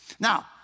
Now